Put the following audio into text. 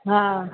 हा